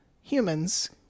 humans